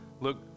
look